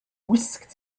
whisked